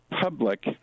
public